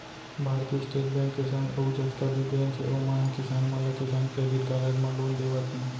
भारतीय state bank के संग अउ जतका भी बेंक हे ओमन ह किसान मन ला किसान क्रेडिट कारड म लोन देवत हें